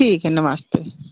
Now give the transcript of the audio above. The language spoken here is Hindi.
ठीक हे नमस्ते